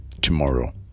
Tomorrow